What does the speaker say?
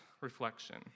reflection